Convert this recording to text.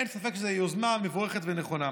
אין ספק שזו יוזמה מבורכת ונכונה.